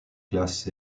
classes